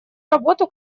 работу